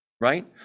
Right